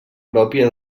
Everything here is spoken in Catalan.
pròpia